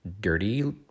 dirty